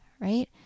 Right